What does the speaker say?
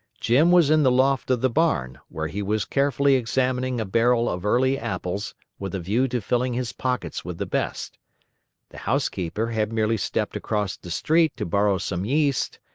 jim was in the loft of the barn, where he was carefully examining a barrel of early apples with a view to filling his pockets with the best the housekeeper had merely stepped across the street to borrow some yeast,